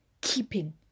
keeping